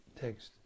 Text